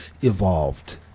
evolved